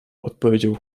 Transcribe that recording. odpowiedział